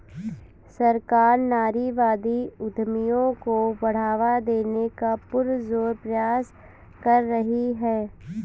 सरकार नारीवादी उद्यमियों को बढ़ावा देने का पुरजोर प्रयास कर रही है